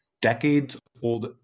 decades-old